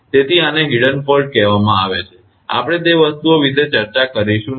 તેથી આને hidden fault કહેવામાં આવે છે કે આપણે તે વસ્તુઓ વિશે ચર્ચા કરીશું નહીં